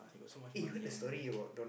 eh you heard the story about Donald~